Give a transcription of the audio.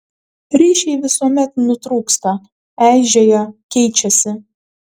ryšiai visuomet nutrūksta eižėja keičiasi